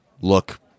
look